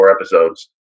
episodes